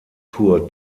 tour